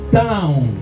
down